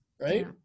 right